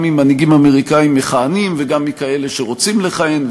גם ממנהיגים אמריקנים מכהנים וגם מכאלה שרוצים לכהן,